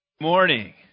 morning